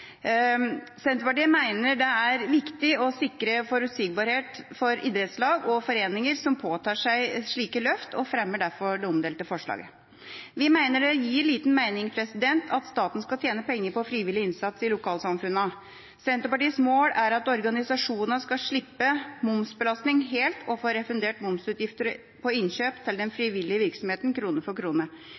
Senterpartiet mener det er viktig å sikre forutsigbarhet for idrettslag og foreninger som påtar seg slike løft, og fremmer derfor det omdelte forslaget. Vi mener det gir liten mening at staten skal tjene penger på frivillig innsats i lokalsamfunnene. Senterpartiets mål er at organisasjonene skal slippe momsbelastninga helt og få refundert momsutgifter på innkjøp til den frivillige virksomheten krone for krone.